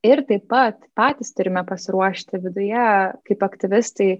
ir taip pat patys turime pasiruošti viduje kaip aktyvistai